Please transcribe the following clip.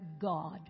God